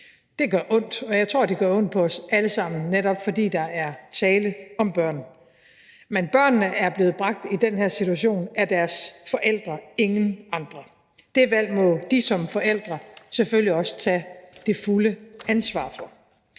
Det gør ondt, og jeg tror, det gør ondt på os alle sammen, netop fordi der er tale om børn. Men børnene er blevet bragt i den her situation af deres forældre – ingen andre. Det valg må de som forældre selvfølgelig også tage det fulde ansvar for.